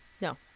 No